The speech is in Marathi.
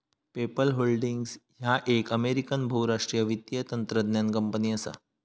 पेपल होल्डिंग्स ह्या एक अमेरिकन बहुराष्ट्रीय वित्तीय तंत्रज्ञान कंपनी असा